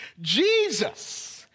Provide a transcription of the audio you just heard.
Jesus